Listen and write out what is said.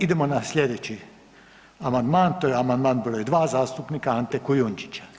Idemo na sljedeći amandman, to je amandman broj 2 zastupnika Ante Kujundžića.